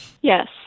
Yes